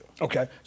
Okay